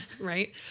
right